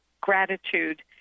gratitude